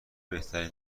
بهترین